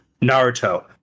Naruto